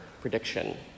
prediction